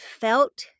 felt